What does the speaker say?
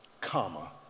comma